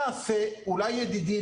ידידי,